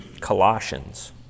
Colossians